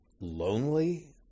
lonely